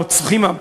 הרוצחים,